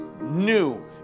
new